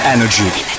Energy